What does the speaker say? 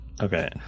okay